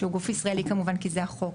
שהוא גוף ישראלי כמובן כי זה החוק,